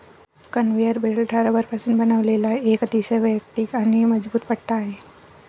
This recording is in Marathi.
कन्व्हेयर बेल्ट हा रबरापासून बनवलेला एक अतिशय वैयक्तिक आणि मजबूत पट्टा आहे